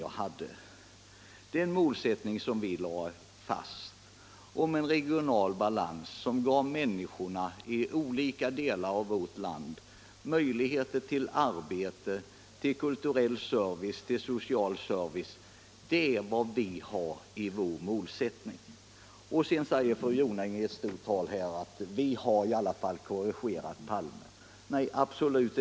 Vi lade fast målsättningen att man skall nå regional balans, som ger människorna i olika delar av vårt land möjligheter till arbete, kulturell service och social service. Sedan säger fru Jonäng i ett stort tal här att vi har korrigerat Palme.